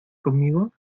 conmigo